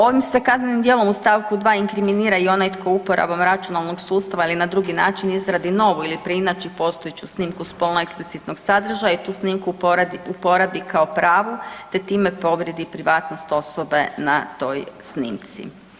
Ovim se kaznenim djelom u st. 2. inkriminira i onaj tko uporabom računalnog sustava ili na drugi način izradi novu ili preinači postojeću snimku spolno eksplicitnog sadržaja i tu snimku uporabi kao pravu te time povrijedi privatnost osobe na toj snimci.